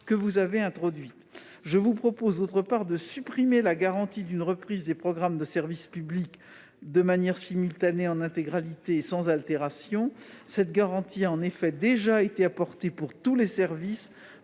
que vous avez introduite. Je propose, d'autre part, de supprimer la garantie de reprise des programmes de service public de manière simultanée, en intégralité et sans altération, cette garantie étant déjà assurée pour tous les services